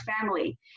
family